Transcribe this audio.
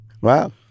Wow